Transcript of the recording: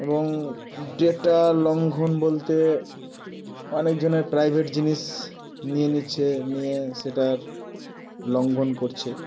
এবং ডেটা লঙ্ঘন বলতে অনেকজনের প্রাইভেট জিনিস নিয়ে নিচ্ছে নিয়ে সেটার লঙ্ঘন করছে